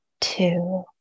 two